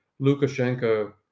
Lukashenko